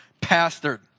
pastored